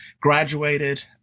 graduated